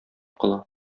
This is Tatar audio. кыла